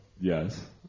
yes